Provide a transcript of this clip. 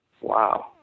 wow